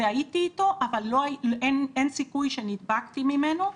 הייתי איתו אבל אין סיכוי שנדבקתי ממנו,